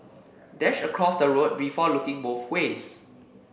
dash across the road before looking both ways